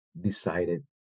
decided